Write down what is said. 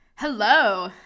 Hello